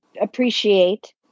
appreciate